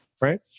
right